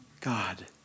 God